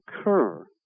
occur